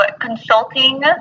consulting